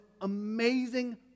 amazing